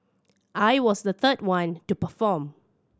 I was the third one to perform